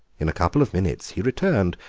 in a couple of minutes he returned,